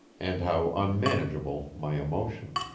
and how unmanageable my emotion.